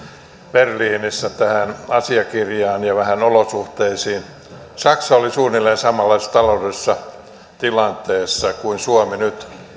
berliinissä tähän asiakirjaan ja vähän olosuhteisiin saksa oli vuonna kaksituhatta suunnilleen samanlaisessa taloudellisessa tilanteessa kuin suomi nyt